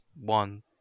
one